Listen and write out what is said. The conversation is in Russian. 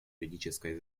юридической